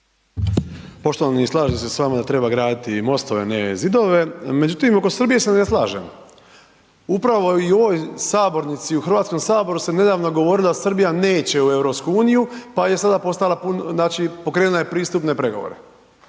Poštovani, slažem se s vama da treba graditi mostove, ne zidove, međutim, oko Srbije se ne slažem. Upravo i u ovoj sabornici u HS se nedavno govorilo da Srbija neće u EU, pa je sada postala, znači, pokrenula je pristupne pregovore.